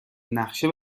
نقشه